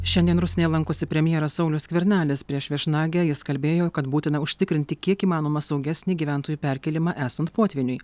šiandien rusnėje lankosi premjeras saulius skvernelis prieš viešnagę jis kalbėjo kad būtina užtikrinti kiek įmanoma saugesnį gyventojų perkėlimą esant potvyniui